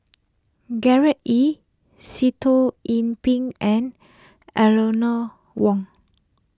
Gerard Ee Sitoh Yih Pin and Eleanor Wong